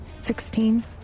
Sixteen